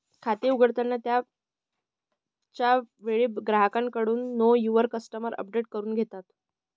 खाते उघडताना च्या वेळी बँक ग्राहकाकडून नो युवर कस्टमर अपडेट करून घेते